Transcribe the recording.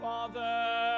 Father